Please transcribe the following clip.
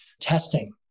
testing